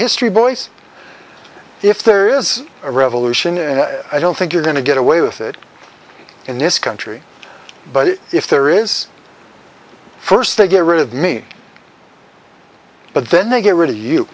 history boyce if there is a revolution and i don't think you're going to get away with it in this country but if there is first they get rid of me but then they get r